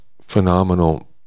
phenomenal